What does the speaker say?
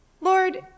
Lord